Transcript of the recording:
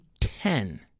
ten